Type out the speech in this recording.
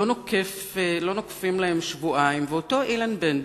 לא נוקפים להם שבועיים ואותו אילן בן-דב,